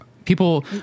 people